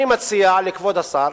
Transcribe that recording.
אני מציע לכבוד השר